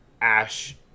Ash